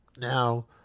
Now